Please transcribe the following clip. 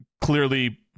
clearly